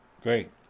Great